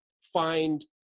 find